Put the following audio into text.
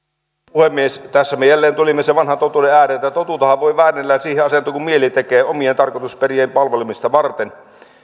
puhemies tässä me jälleen tulimme sen vanhan totuuden ääreen että totuuttahan voi väännellä siihen asentoon kuin mieli tekee omien tarkoitusperien palvelemista varten